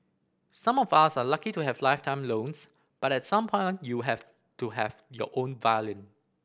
some of us are lucky to have lifetime loans but at some point you have to have your own violin